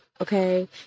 okay